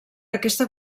aquesta